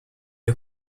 you